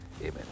Amen